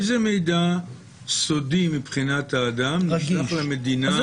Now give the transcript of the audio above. איזה מידע סודי מבחינת האדם שייך למדינה בפועל?